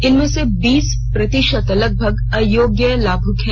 इसमें से बीस प्रतिशत लगभग अयोग्य लाभुक हैं